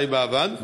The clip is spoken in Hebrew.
שי באב"ד,